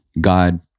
God